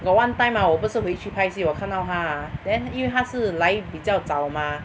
got one time ah 我不是回去拍戏我看到她 ah then 因为她是来比较早嘛